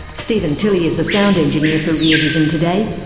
stephen tilly is the sound engineer for rear vision today.